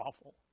awful